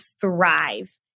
thrive